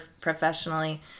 professionally